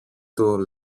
του